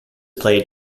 played